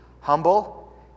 humble